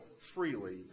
freely